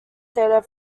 stated